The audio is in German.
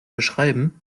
beschreiben